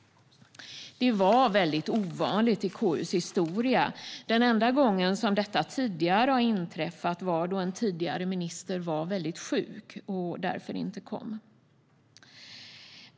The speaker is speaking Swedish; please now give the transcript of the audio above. Det var väldigt ovanligt i KU:s historia. Den enda gång som detta har inträffat tidigare var då en tidigare minister var mycket sjuk och därför inte kom.